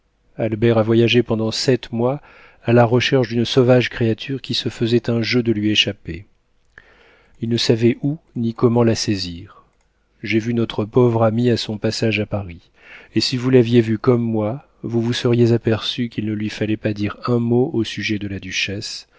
albert a voyagé pendant sept mois à la recherche d'une sauvage créature qui se faisait un jeu de lui échapper il ne savait où ni comment la saisir j'ai vu notre pauvre ami à son passage à paris et si vous l'aviez vu comme moi vous vous seriez aperçu qu'il ne lui fallait pas dire un mot au sujet de la duchesse